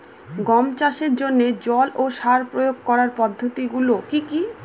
গম চাষের জন্যে জল ও সার প্রয়োগ করার পদ্ধতি গুলো কি কী?